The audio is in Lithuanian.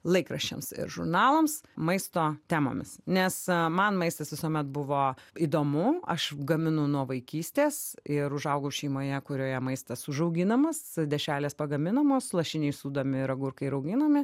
laikraščiams ir žurnalams maisto temomis nes man maistas visuomet buvo įdomu aš gaminu nuo vaikystės ir užaugau šeimoje kurioje maistas užauginamas dešrelės pagaminamos lašiniai sūdomi ir agurkai rauginami